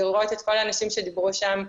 לראות את כל הנושאים שדיברו שם.